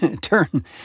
turn